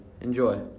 Enjoy